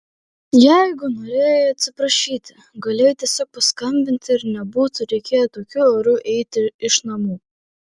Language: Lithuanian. jeigu norėjai atsiprašyti galėjai tiesiog paskambinti ir nebūtų reikėję tokiu oru eiti iš namų